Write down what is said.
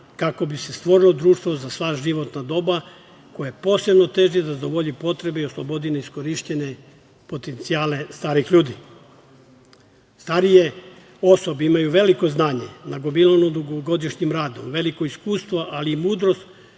kako bi se stvorilo društvo za sva životna doba koje posebno teži da zadovolji potrebe i oslobodi neiskorišćene potencijale starijih ljudi. Starije osobe imaju veliko znanje, nagomilano dugogodišnjim radom, veliko iskustvo ali i mudrost,